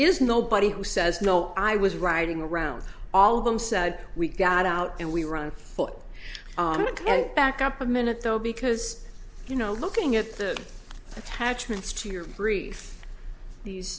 is nobody who says no i was riding around all of them so we got out and we were on foot and back up a minute though because you know looking at the attachments to your brief these